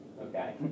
Okay